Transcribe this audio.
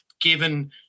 given